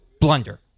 blunder